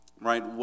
right